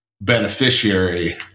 beneficiary